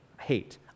hate